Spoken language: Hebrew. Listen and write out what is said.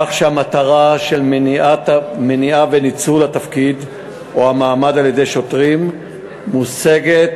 כך שהמטרה של מניעת ניצול התפקיד או המעמד על-ידי שוטרים מושגת